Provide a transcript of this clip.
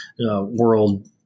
world –